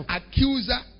accuser